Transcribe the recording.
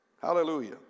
Hallelujah